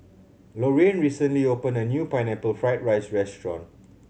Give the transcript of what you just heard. Lorrayne recently opened a new Pineapple Fried rice restaurant